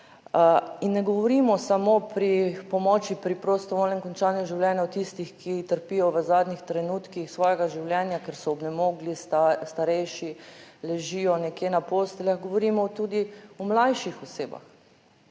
Ne govorimo samo pri pomoči pri prostovoljnem končanju življenja v tistih, ki trpijo v zadnjih trenutkih svojega življenja, ker so obnemogli, starejši, ležijo nekje na posteljah. Govorimo tudi o mlajših osebah,